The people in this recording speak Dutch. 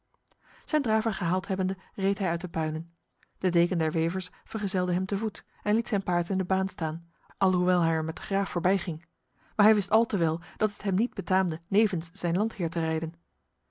zijn draver gehaald hebbende reed hij uit de puinen de deken der wevers vergezelde hem te voet en liet zijn paard in de baan staan alhoewel hij er met de graaf voorbijging maar hij wist al te wel dat het hem niet betaamde nevens zijn landheer te rijden